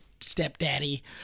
Stepdaddy